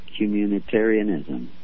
communitarianism